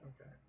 Okay